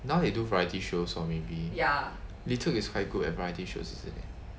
now they do variety shows or maybe leeteuk is quite good at variety shows isn't it